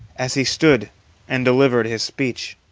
as he stood and delivered his speech.